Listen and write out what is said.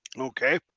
Okay